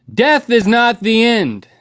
death is not the end,